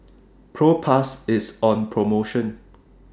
Propass IS on promotion